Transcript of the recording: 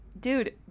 Dude